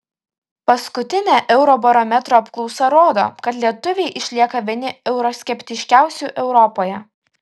paskutinė eurobarometro apklausa rodo kad lietuviai išlieka vieni euroskeptiškiausių europoje